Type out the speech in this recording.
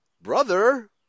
brother